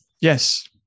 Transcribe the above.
Yes